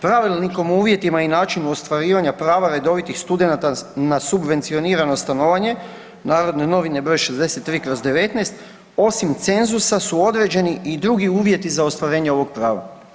Pravilnikom o uvjetima i načinu ostvarivanja prava redovitih studenata na subvencionirano stanovanje, NN br. 63/19, osim cenzusa su određeni i drugi uvjeti za ostvarenje ovog prava.